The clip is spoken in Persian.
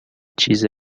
چیز